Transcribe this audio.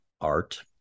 art